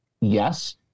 Yes